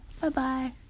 bye-bye